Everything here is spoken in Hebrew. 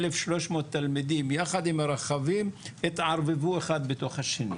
1,300 תלמידים יחד עם רכבים התערבבו אחד בתוך השני,